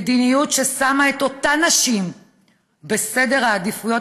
מדיניות ששמה את אותן נשים בתחתית סדר העדיפויות,